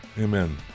Amen